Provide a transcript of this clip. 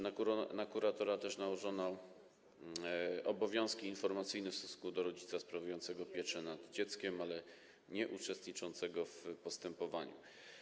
Na kuratora też nałożono obowiązki informacyjne w stosunku do rodzica sprawującego pieczę nad dzieckiem, ale nieuczestniczącego w postępowaniu.